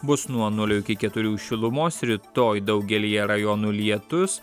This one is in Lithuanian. bus nuo nulio iki keturių šilumos rytoj daugelyje rajonų lietus